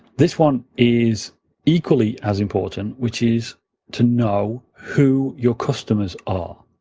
this one is equally as important, which is to know who your customers ah